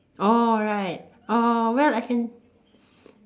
orh right orh well I can